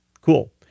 Cool